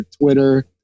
Twitter